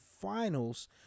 finals